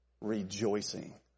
rejoicing